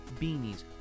beanies